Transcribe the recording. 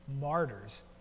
martyrs